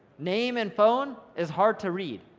name and phone is hard to read,